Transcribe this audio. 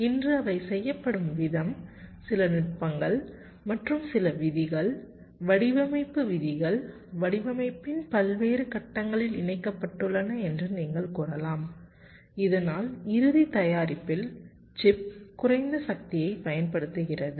இன்று அவை செய்யப்படும் விதம் சில நுட்பங்கள் மற்றும் சில விதிகள் வடிவமைப்பு விதிகள் வடிவமைப்பின் பல்வேறு கட்டங்களில் இணைக்கப்பட்டுள்ளன என்று நீங்கள் கூறலாம் இதனால் இறுதி தயாரிப்பில் சிப் குறைந்த சக்தியைப் பயன்படுத்துகிறது